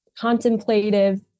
contemplative